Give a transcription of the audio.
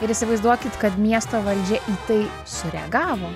ir įsivaizduokit kad miesto valdžia į tai sureagavo